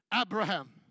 Abraham